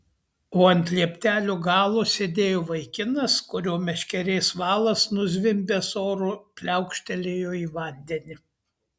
o ant lieptelio galo sėdėjo vaikinas kurio meškerės valas nuzvimbęs oru pliaukštelėjo į vandenį